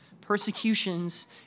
persecutions